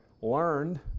learned